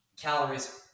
calories